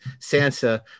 Sansa